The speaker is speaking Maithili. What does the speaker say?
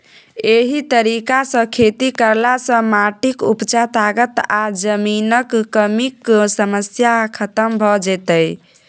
एहि तरीका सँ खेती करला सँ माटिक उपजा ताकत आ जमीनक कमीक समस्या खतम भ जेतै